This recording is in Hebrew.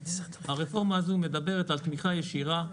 הרפורמה הזאת מדברת על תמיכה ישירה,